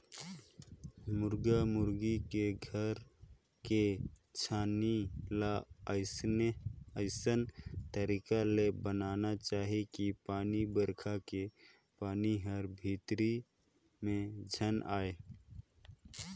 मुरगा मुरगी के घर के छानही ल अइसन तरीका ले बनाना चाही कि पानी बइरखा के पानी हर भीतरी में झेन आये